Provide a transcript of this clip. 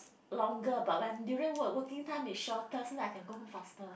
longer but when during work working time is shorter so that I can go home faster